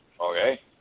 okay